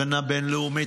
הגנה בין-לאומית,